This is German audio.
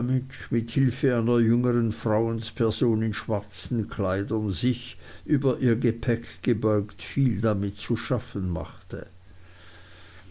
hilfe einer jüngern frauensperson in schwarzen kleidern sich über ihr gepäck gebeugt viel damit zu schaffen machte